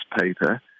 paper